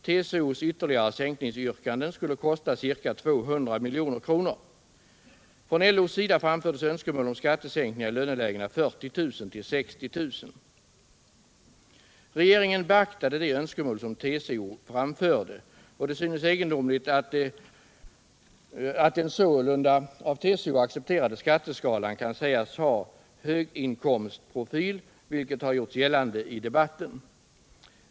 TCO:s ytterligare sänkningsyrkanden skulle kosta ca 200 milj.kr. Regeringen beaktade de önskemål som TCO fram förde. Det synes egendomligt att den sålunda av TCO accepterade skatteskalan kan sägas ha ”höginkomstprofil”, vilket gjorts gällande i debatten.